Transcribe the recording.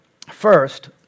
first